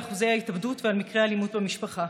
אחוזי ההתאבדות ועל מקרי האלימות במשפחה.